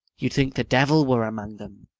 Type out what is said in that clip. you'd think the devil were among them.